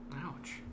Ouch